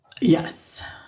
yes